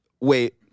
Wait